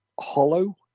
hollow